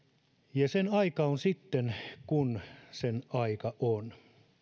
ja sen aika on sitten kun sen aika on